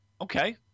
Okay